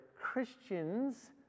Christians